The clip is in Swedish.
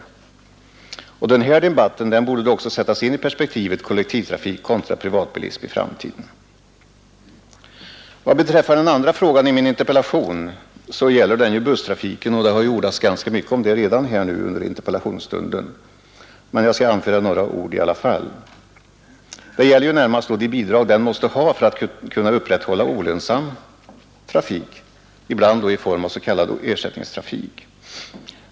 Denna debatt borde då också sättas in i perspektivet kollektivtrafik kontra privatbilism i framtiden. Den andra frågan i min interpellation gäller busstrafiken. Det har ju ordats ganska mycket om den redan under interpellationsstunden, men jag skall anföra några ord i alla fall. Det gäller närmast de bidrag den måste ha för att kunna upprätthålla olönsam trafik, ibland i form av s.k. ersättningstrafik.